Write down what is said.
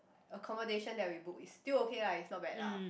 accommodation that we book it's still okay ah it's not bad ah